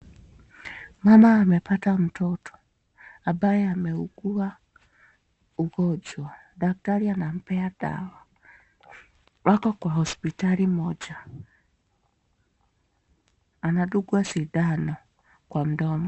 Mama amepata mtoto ambaye ameugua ameugua ugonjwa daktari amempea dawa. Wako kwa hospitali moja, anadungwa sindano kwa mdomo.